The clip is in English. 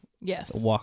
Yes